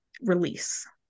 release